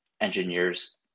engineers